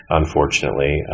unfortunately